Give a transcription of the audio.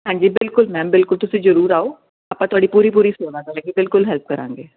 ਹਾਂਜੀ ਬਿਲਕੁਲ ਮੈਮ ਬਿਲਕੁਲ ਤੁਸੀਂ ਜਰੂਰ ਆਓ ਆਪਾਂ ਤੁਹਾਡੀ ਪੂਰੀ ਪੂਰੀ ਸੇਵਾ ਕਰਾਂਗੇ ਬਿਲਕੁਲ ਹੈਲਪ ਕਰਾਂਗੇ